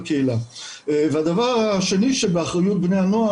לנו הצצה לגבי האם באמת חל שינוי ומשהו התרחש.